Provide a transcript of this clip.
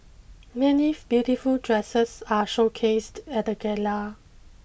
many beautiful dresses are showcased at the gala